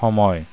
সময়